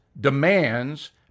demands